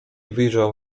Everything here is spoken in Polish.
wyjrzał